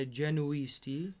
genuisti